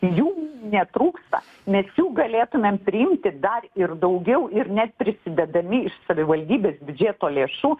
jų netrūksta mes jų galėtumėm priimti dar ir daugiau ir net prisidėdame iš savivaldybės biudžeto lėšų